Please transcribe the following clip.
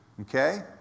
Okay